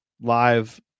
live